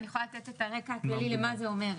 אני יכולה לתת את הרקע הכללי למה זה אומר.